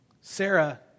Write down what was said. Sarah